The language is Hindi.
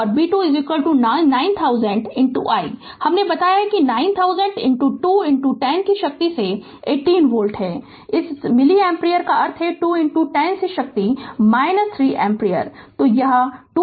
और b 2 9000 i हमने बताया कि यह 9000 2 10 की शक्ति से 18 वोल्ट है इस मिली एम्पीयर का अर्थ 2 10 से शक्ति 3 एम्पीयर है